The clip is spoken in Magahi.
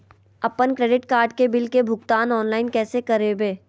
अपन क्रेडिट कार्ड के बिल के भुगतान ऑनलाइन कैसे करबैय?